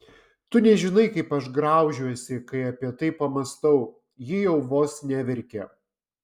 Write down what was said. tu nežinai kaip aš graužiuosi kai apie tai pamąstau ji jau vos neverkė